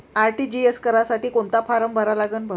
RTGS करासाठी कोंता form भरा लागन?